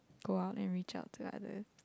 go out and reach out to others